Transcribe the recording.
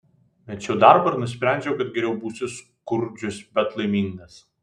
mečiau darbą ir nusprendžiau kad geriau būsiu skurdžius bet laimingas